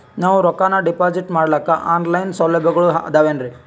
ನಾವು ರೊಕ್ಕನಾ ಡಿಪಾಜಿಟ್ ಮಾಡ್ಲಿಕ್ಕ ಆನ್ ಲೈನ್ ಸೌಲಭ್ಯಗಳು ಆದಾವೇನ್ರಿ?